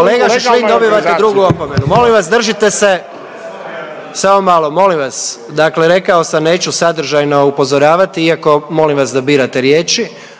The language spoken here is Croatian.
Kolega Šašlin dobivate drugu opomenu. Molim vas držite se. Samo malo molim vas, dakle rekao sam neću sadržajno upozoravati iako molim vas da birate riječi,